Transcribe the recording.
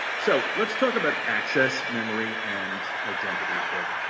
so let's talk about access, memory, and identity a bit.